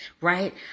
right